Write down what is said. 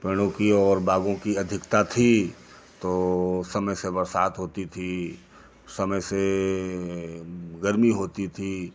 पेड़ों की और बागों की अधिकता थी तो समय से बरसात होती थी समय से गर्मी होती थी